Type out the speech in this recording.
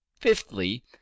Fifthly